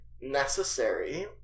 necessary